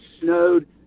snowed